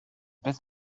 bits